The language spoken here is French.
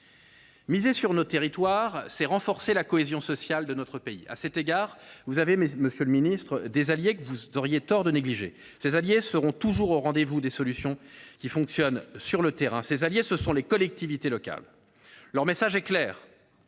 Miser sur les territoires, c’est renforcer la cohésion sociale de notre pays. Pour cela, vous avez, monsieur le ministre, des alliés que vous auriez tort de négliger, car ils seront toujours au rendez vous lorsque les solutions fonctionnent sur le terrain : il s’agit des collectivités locales. Leur message est clair.